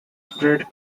spread